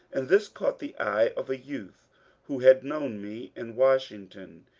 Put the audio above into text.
and this caught the eye of a youth who had known me in washington.